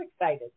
excited